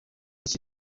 iki